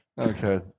Okay